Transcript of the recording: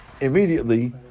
immediately